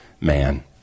man